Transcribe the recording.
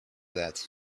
that